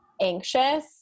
anxious